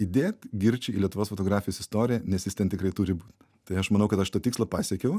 įdėt girčį į lietuvos fotografijos istoriją nes jis ten tikrai turi būt tai aš manau kad aš tą tikslą pasiekiau